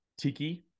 Tiki